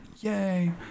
yay